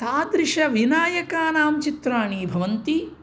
तादृशानां विनायकानां चित्राणि भवन्ति